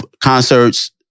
concerts